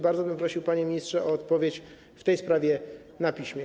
Bardzo bym prosił, panie ministrze, o odpowiedź w tej sprawie na piśmie.